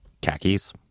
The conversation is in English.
khakis